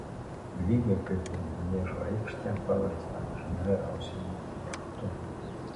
lygiai kaip ir maniežo aikštę paverstą amžinai rausiamu objektu